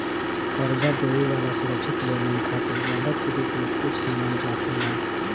कर्जा देवे वाला सुरक्षित लेनदेन खातिर बंधक के रूप में कुछ सामान राखेला